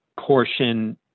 portion